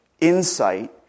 insight